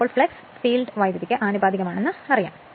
അതിനാൽ flux field വൈദ്യുതിക്ക് ആനുപാതികമാണെന്ന് നമുക്കറിയാം